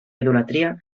idolatria